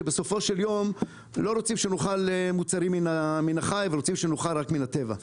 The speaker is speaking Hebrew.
שבסופו של יום לא רוצים שנאכל מוצרים מן החי אלא רק מוצרים מן הטבע.